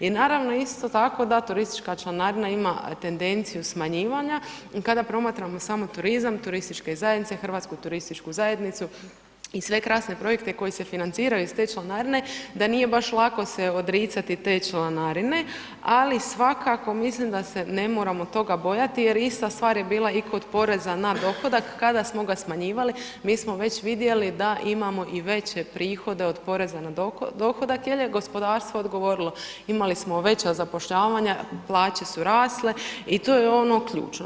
I naravno isto tako da turistička članarina ima tendenciju smanjivanja kada promatramo samo turizam, turističke zajednice, Hrvatsku turističku zajednicu i sve krasne projekte koji se financiraju iz te članarine, da nije baš lako se odricati te članarine, ali svakako mislim da se ne moramo toga bojati, jer ista stvar je bila i kod poreza na dohodak, kada smo ga smanjivali, mi smo već vidjeli da imamo i veće prihode od poreza na dohodak jer je gospodarstvo odgovorilo, imali smo veća zapošljavanja, plaće su rasle i tu je ono ključno.